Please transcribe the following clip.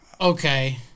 Okay